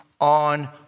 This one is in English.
on